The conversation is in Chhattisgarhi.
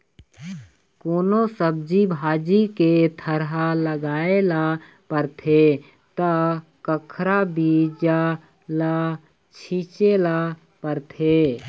कोनो सब्जी भाजी के थरहा लगाए ल परथे त कखरा बीजा ल छिचे ल परथे